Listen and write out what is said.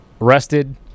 arrested